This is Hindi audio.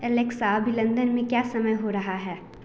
एलेक्सा अभी लंदन में क्या समय हो रहा है